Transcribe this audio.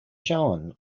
shown